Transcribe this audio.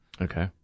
Okay